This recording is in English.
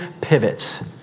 pivots